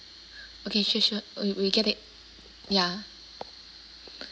okay sure sure we we get it ya